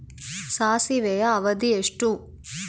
ಸಾಸಿವೆಯ ಅವಧಿ ಎಷ್ಟು?